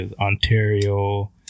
Ontario